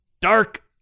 Dark